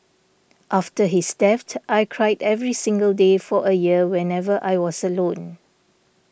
after his death I cried every single day for a year whenever I was alone